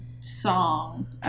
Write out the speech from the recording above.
song